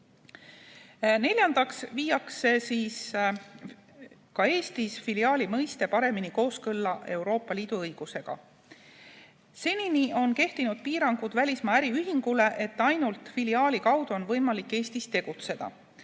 Neljandaks viiakse ka Eestis filiaali mõiste paremini kooskõlla Euroopa Liidu õigusega. Senini on kehtinud välismaa äriühingule piirang, et ainult filiaali kaudu on võimalik Eestis tegutseda.